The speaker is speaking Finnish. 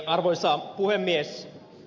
arvoisa puhemies